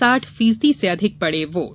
साठ फीसदी से अधिक पड़े वोट